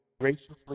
graciously